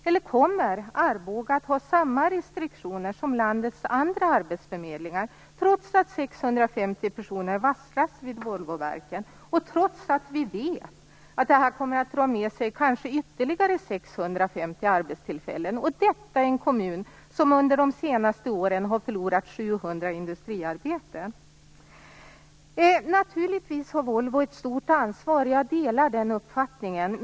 Eller kommer arbetsförmedlingen i Arboga att ha samma restriktioner som landets andra arbetsförmedlingar, trots att 650 personer har varslats vid Volvoverken och trots att vi vet att det här kommer att dra med sig kanske ytterligare 650 arbetstillfällen, detta i en kommun som under de senaste åren har förlorat 700 industriarbeten? Naturligtvis har Volvo ett stort ansvar. jag delar den uppfattningen.